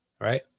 right